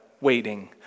waiting